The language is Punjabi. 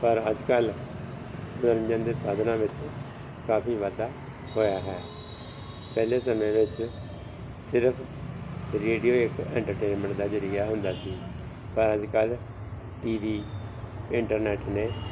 ਪਰ ਅੱਜ ਕੱਲ੍ਹ ਮਨੋਰੰਜਨ ਦੇ ਸਾਧਨਾਂ ਵਿੱਚ ਕਾਫੀ ਵਾਧਾ ਹੋਇਆ ਹੈ ਪਹਿਲੇ ਸਮੇਂ ਵਿੱਚ ਸਿਰਫ ਰੇਡੀਓ ਇੱਕ ਐਟਰਟੇਨਮੈਂਟ ਦਾ ਜ਼ਰੀਆ ਹੁੰਦਾ ਸੀ ਪਰ ਅੱਜ ਕੱਲ੍ਹ ਟੀ ਵੀ ਇੰਟਰਨੈਟ ਨੇ